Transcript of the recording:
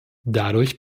dadurch